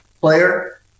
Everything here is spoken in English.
player